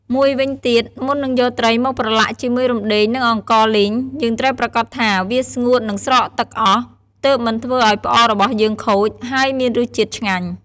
មួយវិញទៀត មុននឹងយកត្រីមកប្រឡាក់ជាមួយរំដេង និងអង្ករលីង យើងត្រូវប្រាកដថា វាស្ងួត និងស្រក់ទឹកអស់ ទើបមិនធ្វើឱ្យផ្អករបស់យើងខូច ហើយមានរសជាតិឆ្ងាញ់។